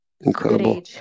Incredible